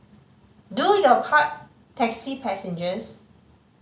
do your part taxi passengers